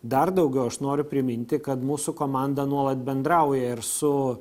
dar daugiau aš noriu priminti kad mūsų komanda nuolat bendrauja ir su